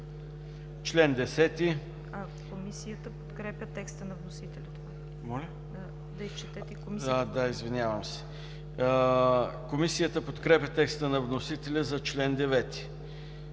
Комисията подкрепя текста на вносителя за чл.